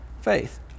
faith